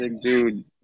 Dude